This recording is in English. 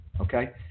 Okay